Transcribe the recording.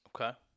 Okay